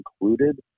included